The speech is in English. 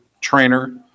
trainer